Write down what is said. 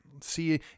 See